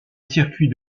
circuit